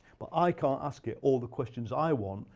but i can't ask it all the questions i want,